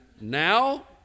now